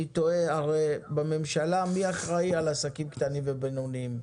אני תוהה מי בממשלה אחראי על עסקים קטנים ובינוניים.